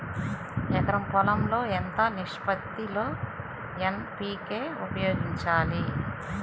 ఎకరం పొలం లో ఎంత నిష్పత్తి లో ఎన్.పీ.కే ఉపయోగించాలి?